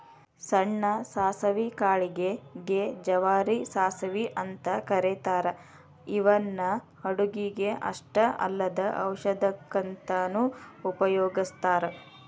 ಸಣ್ಣ ಸಾಸವಿ ಕಾಳಿಗೆ ಗೆ ಜವಾರಿ ಸಾಸವಿ ಅಂತ ಕರೇತಾರ ಇವನ್ನ ಅಡುಗಿಗೆ ಅಷ್ಟ ಅಲ್ಲದ ಔಷಧಕ್ಕಂತನು ಉಪಯೋಗಸ್ತಾರ